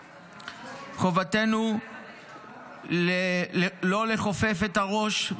חובתנו לא לכופף את הראש,